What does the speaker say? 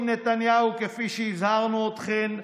השיחות עם נתניהו, כפי שהזהרנו אתכם,